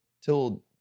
till